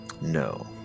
No